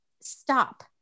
stop